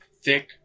thick